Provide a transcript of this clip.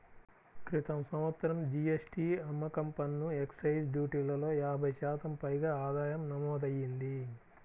క్రితం సంవత్సరం జీ.ఎస్.టీ, అమ్మకం పన్ను, ఎక్సైజ్ డ్యూటీలలో యాభై శాతం పైగా ఆదాయం నమోదయ్యింది